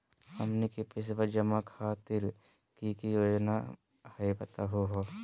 हमनी के पैसवा जमा खातीर की की योजना हई बतहु हो?